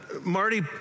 marty